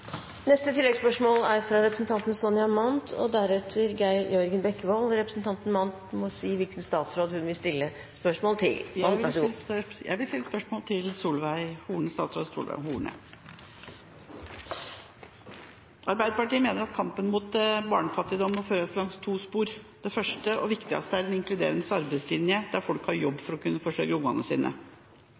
Sonja Mandt – til oppfølgingsspørsmål. Representanten Mandt må si hvilken statsråd hun vil stille spørsmål til. Jeg vil stille spørsmål til statsråd Solveig Horne. Arbeiderpartiet mener at kampen mot barnefattigdom må føres langs to spor. Det første og viktigste er en inkluderende arbeidslinje der folk har jobb for å kunne forsørge ungene sine.